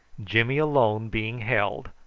jimmy alone being held,